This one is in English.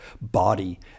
body